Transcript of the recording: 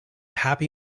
happy